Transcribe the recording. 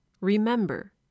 remember